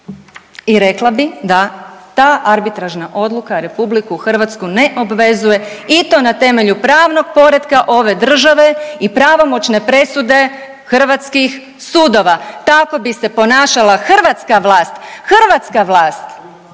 i rekla bi da ta arbitražna odluka RH ne obvezuje i to na temelju pravnog poretka ove države i pravomoćne presude hrvatskih sudova. Tako bi se ponašala hrvatska vlast, hrvatska vlast,